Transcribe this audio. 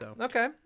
Okay